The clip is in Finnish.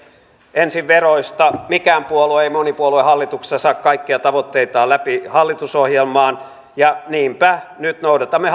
ensin veroista mikään puolue ei monipuoluehallituksessa saa kaikkia tavoitteitaan läpi hallitusohjelmaan ja niinpä nyt noudatamme